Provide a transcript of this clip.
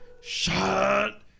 Shut